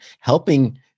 helping